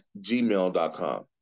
gmail.com